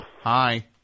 Hi